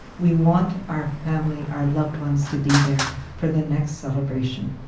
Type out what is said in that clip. we want our families, our loved ones to be there for the next celebration,